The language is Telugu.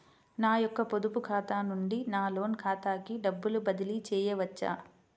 నా యొక్క పొదుపు ఖాతా నుండి నా లోన్ ఖాతాకి డబ్బులు బదిలీ చేయవచ్చా?